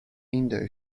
indo